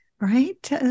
Right